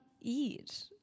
eat